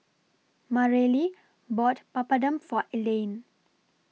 Mareli bought Papadum For Elaine